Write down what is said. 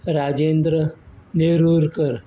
Rajendra Nerulkar